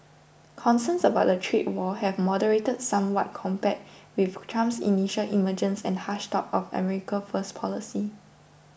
concerns about a trade war have moderated somewhat compared with Trump's initial emergence and harsh talk of America first policy